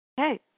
Okay